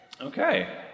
Okay